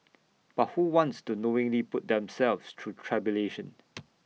but who wants to knowingly put themselves through tribulation